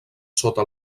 sota